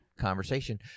conversation